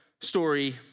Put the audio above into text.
story